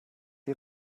die